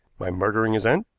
by murdering his aunt,